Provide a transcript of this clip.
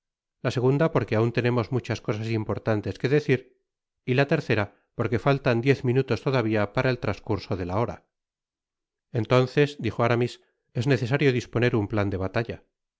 la segunda porque aun tenemos muchas cosas importantes que decir y la tercera porque faltan diez minutos todavía para el trascurso de la hora entonces dijo aramis es necesario disponer un plan de batalla